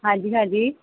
ਹਾਂਜੀ ਹਾਂਜੀ